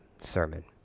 sermon